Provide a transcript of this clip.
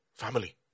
family